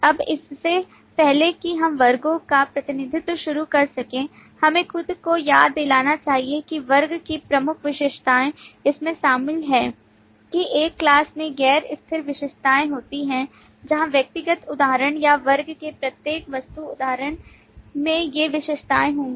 अब इससे पहले कि हम वर्गो का प्रतिनिधित्व शुरू कर सकें हमें खुद को याद दिलाना चाहिए कि वर्ग की प्रमुख विशेषताएं इसमें शामिल हैं कि एक class में गैर स्थिर विशेषताएं होती हैं जहां व्यक्तिगत उदाहरण या वर्ग के प्रत्येक वस्तु उदाहरण में ये विशेषताएं होंगी